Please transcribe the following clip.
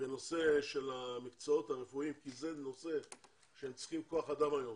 בנושא של המקצועות הרפואיים כי זה נושא שהם צריכים כוח אדם היום,